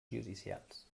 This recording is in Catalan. judicials